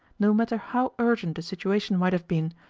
no matter how urgent a situation might have been,